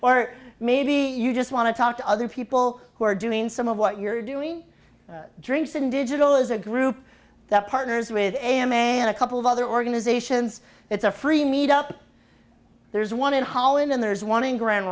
or maybe you just want to talk to other people who are doing some of what you're doing drinks and digital is a group that partners with a m a and a couple of other organizations it's a free meet up there's one in holland and there's one in grand